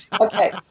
Okay